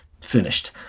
Finished